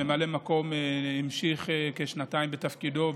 שממלא מקום המשיך כשנתיים בתפקידו,